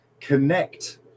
connect